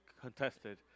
contested